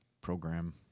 program